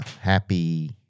happy